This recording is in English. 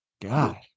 God